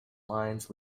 lines